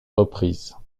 reprises